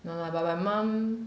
no lah but my mum